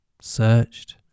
searched